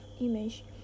image